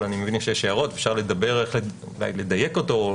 אני מבין שיש הערות אפשר לדבר איך לדייק אותו.